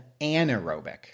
anaerobic